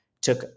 took